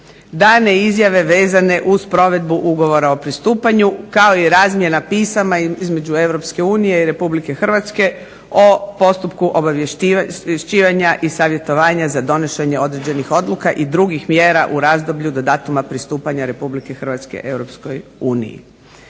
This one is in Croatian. dane izdane vezane uz provedbu Ugovora o pristupanja kao i razmjena pisama između EU i RH o postupku obavješćivanja i savjetovanja za donošenje određenih odluka i drugih mjera u razdoblju do datuma pristupanja RH EU.